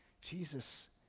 Jesus